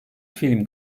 film